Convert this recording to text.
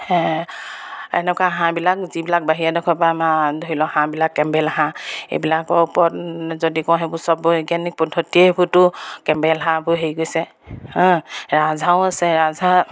এনেকুৱা হাঁহবিলাক যিবিলাক বাহিৰৰ দেশৰ পৰা আমাৰ ধৰি লওক হাঁহবিলাক কেম্বেল হাঁহ এইবিলাকৰ ওপৰত যদি কওঁ সেইবোৰ চব বৈজ্ঞানিক পদ্ধতিৰে সেইবোৰতো কেম্বেল হাঁহবোৰ হেৰি কৰিছে ৰাজহাঁহো আছে ৰাজহাঁহ